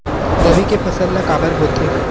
रबी के फसल ला काबर बोथे?